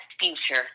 future